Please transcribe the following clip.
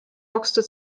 boxte